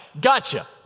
gotcha